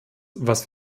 was